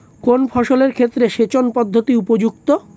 কোন ফসলের ক্ষেত্রে সেচন পদ্ধতি উপযুক্ত?